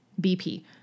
BP